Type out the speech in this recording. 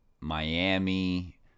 miami